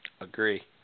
Agree